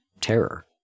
terror